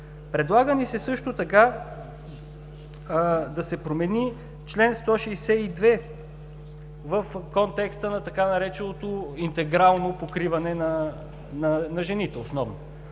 Предлага ни се също така да се промени чл. 162 в контекста на така нареченото „интегрално покриване на жените“ – основно.